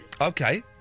okay